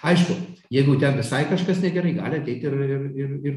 aišku jeigu ten visai kažkas negerai gali ateit ir ir ir ir